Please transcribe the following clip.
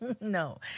no